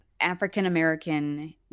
African-American